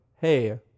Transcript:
hey